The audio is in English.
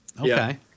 Okay